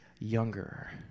younger